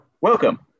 Welcome